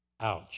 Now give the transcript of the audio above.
Ouch